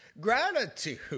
gratitude